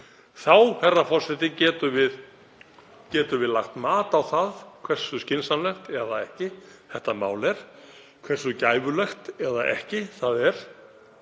Þá getum við lagt mat á það hversu skynsamlegt eða ekki þetta mál er, hversu gæfulegt eða ekki það er,